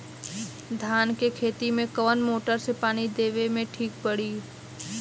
धान के खेती मे कवन मोटर से पानी देवे मे ठीक पड़ी?